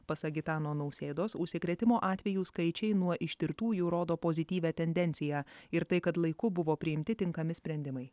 pasak gitano nausėdos užsikrėtimo atvejų skaičiai nuo ištirtųjų rodo pozityvią tendenciją ir tai kad laiku buvo priimti tinkami sprendimai